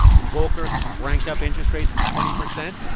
when volcker cranked up interest rates to twenty percent,